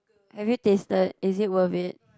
have you tasted is it worth it